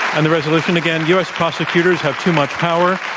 and the resolution again, u. s. prosecutors have too much power.